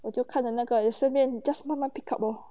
我就看了那个顺便 just 慢慢 pickup lor